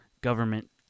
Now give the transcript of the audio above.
government